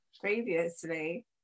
previously